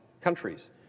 countries